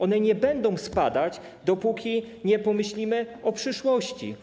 One nie będą spadać, dopóki nie pomyślimy o przyszłości.